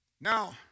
Now